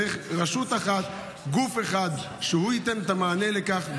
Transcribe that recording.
צריך רשות אחת, גוף אחד שהוא ייתן את המענה לכך.